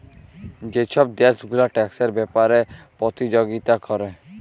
যে ছব দ্যাশ গুলা ট্যাক্সের ব্যাপারে পতিযগিতা ক্যরে